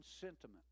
sentiment